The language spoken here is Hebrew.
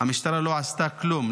המשטרה לא עשתה כלום,